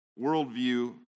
worldview